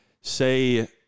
say